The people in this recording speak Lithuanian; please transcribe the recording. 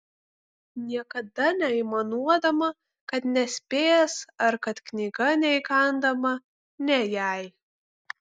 niekada neaimanuodama kad nespės ar kad knyga neįkandama ne jai